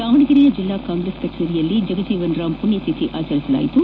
ದಾವಣಗೆರೆಯ ಜಿಲ್ಲಾ ಕಾಂಗ್ರೆಸ್ ಕಚೇರಿಯಲ್ಲಿ ಬಾಬು ಜಗಜೀವನ್ ರಾಂ ಪುಣ್ಯತಿಥಿ ಆಚರಿಸಲಾಯಿತು